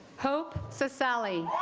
hope so sally